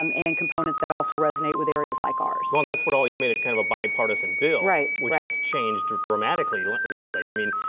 um and components that also resonates with areas like ours. well, and that's what always made it kind of a bipartisan bill. right. which has changed dramatically, like lately. lately. i mean,